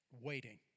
waiting